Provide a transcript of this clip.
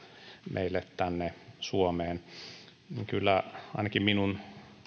meille tänne suomeen niin kyllä ainakin minun